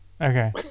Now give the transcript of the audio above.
Okay